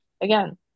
again